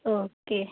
okay